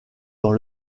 dans